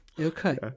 Okay